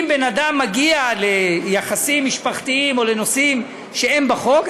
אם בן-אדם מגיע ליחסים משפחתיים או לנושאים שהם בחוק,